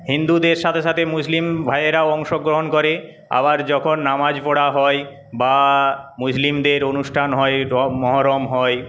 হিন্দুদের সাথে সাথে মুসলিম ভায়েরাও অংশগ্রহণ করে আবার যখন নামাজ পড়া হয় বা মুসলিমদের অনুষ্ঠান হয় মহরম হয়